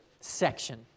section